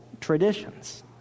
traditions